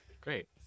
Great